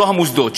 לא המוסדות,